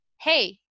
hey